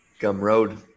Gumroad